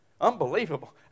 Unbelievable